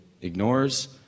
ignores